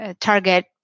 target